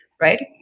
right